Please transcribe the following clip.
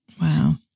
wow